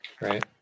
Right